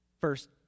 First